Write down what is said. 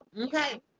okay